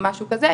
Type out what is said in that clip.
משהו כזה,